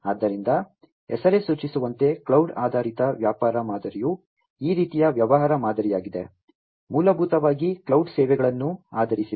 ಆದ್ದರಿಂದ ಹೆಸರೇ ಸೂಚಿಸುವಂತೆ ಕ್ಲೌಡ್ ಆಧಾರಿತ ವ್ಯಾಪಾರ ಮಾದರಿಯು ಈ ರೀತಿಯ ವ್ಯವಹಾರ ಮಾದರಿಯಾಗಿದೆ ಮೂಲಭೂತವಾಗಿ ಕ್ಲೌಡ್ ಸೇವೆಗಳನ್ನು ಆಧರಿಸಿದೆ